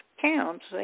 counts